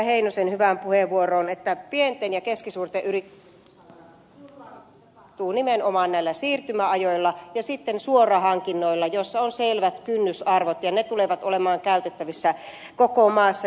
heinosen hyvään puheenvuoroon liittyen että pienten ja keskisuurten yritysten osalta turvaamista tapahtuu nimenomaan näillä siirtymäajoilla ja suorahankinnoilla joissa on selvät kynnysarvot ja ne tulevat olemaan käytettävissä koko maassa